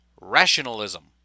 rationalism